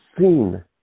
seen